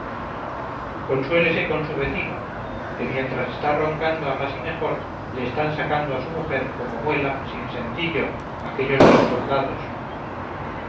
redoma consuélese con su vecino que mientras está roncando a más y mejor le están sacando a su mujer como muela sin sentillo aquellos dos soldados